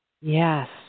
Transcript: Yes